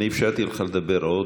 אני אפשרתי לך לדבר עוד.